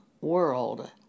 world